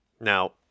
Now